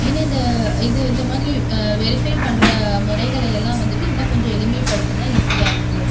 ஏன்னா இந்த இது இந்தமாதிரி வெரிஃபை பண்ணுற முறைகளை எல்லாம் வந்துட்டு இன்னும் கொஞ்சம் எளிமைப்படுத்துனால் ஈஸியாக இருக்கும்